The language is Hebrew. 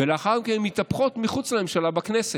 ולאחר מכן הן מתהפכות מחוץ לממשלה, בכנסת.